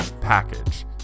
package